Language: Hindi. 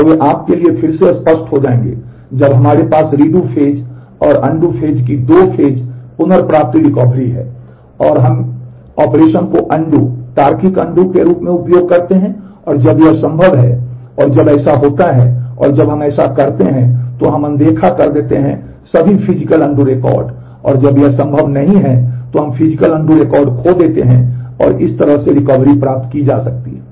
और वे आपके लिए फिर से स्पष्ट हो जाएंगे हमारे पास रीडू फेज और अनडू प्राप्त की जा सकती है